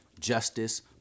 justice